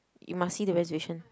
you must see the reservation